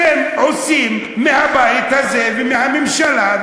אתם עושים מהבית הזה ומהממשלה,